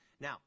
Now